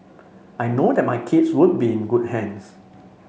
I know that my kids would be in good hands